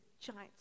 giant